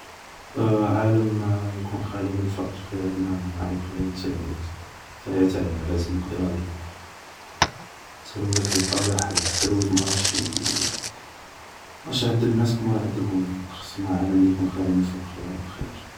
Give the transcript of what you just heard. عالم يكون خالي من الفقر خير من عالم اللي يكون خالي من التلوث, تعيا تعيا لازم نقضيو على الفقر, تلوث نلقاوله حل, التلوث ماراهش يعدب ناس كيما راه يعدبهم الفقر سما عالم لي يكون خالي من الفقر خير